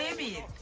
mean?